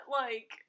like-